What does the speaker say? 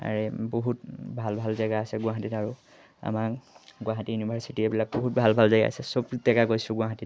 আৰু বহুত ভাল ভাল জেগা আছে গুৱাহাটীত আৰু আমাৰ গুৱাহাটী ইউনিভাৰ্চিটি এইবিলাক বহুত ভাল ভাল জেগা আছে চব জেগা গৈছোঁ গুৱাহাটীত